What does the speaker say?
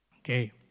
Okay